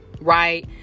right